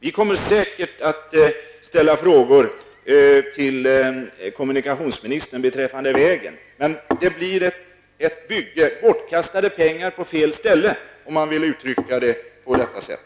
Vi kommer säkert att ställa frågor till kommunikationsministern beträffande vägen. Men man kommer här att kasta bort pengar på fel ställe, om jag får uttrycka det på detta sätt.